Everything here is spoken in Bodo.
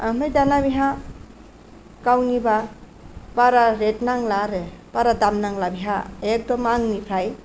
ओमफाय दाना बेहा गावनिबा बारा रेद नांला आरो बारा दाम नांला बेहा एखदम आंनिफ्राय